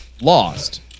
Lost